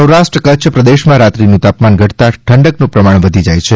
સૌરાષ્ટ્ર કચ્છ પ્રદેશમાં રાત્રિનું તાપમાન ઘટતા ઠંડકનું પ્રમાણ વધી જાય છે